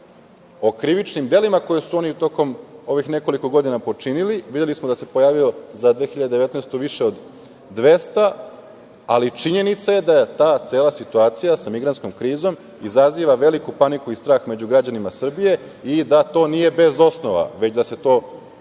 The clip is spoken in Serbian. o krivičnim delima koje su oni tokom ovih nekoliko godina počinili. Videli smo da se za 2019. godinu pojavilo više od 200, ali činjenica je da je ta cela situacija sa migrantskom krizom izaziva veliku paniku među građanima Srbije i da to nije bez osnova, već da se to i